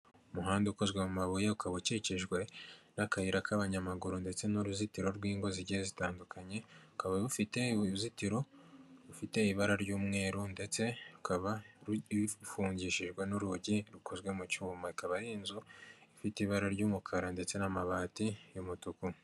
Umuhanda ukozwe mu mabuye, ukaba ukikijwe n'akayira k'abanyamaguru ndetse n'uruzitiro rw'ingo zigiye zitandukanye, rukaba rufite uruzitiro rufite ibara ry'umweru ndetse rukaba rufungishijwe n'urugi rukozwe mu cyuma, akaba ari inzu ifite ibara ry'umukara ndetse n'amabati y'umutuku.